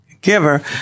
giver